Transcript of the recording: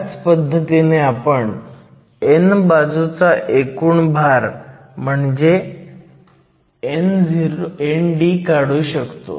ह्याच पद्धतीने आपण n बाजूचा एकूण भार म्हणजे ND काढू शकतो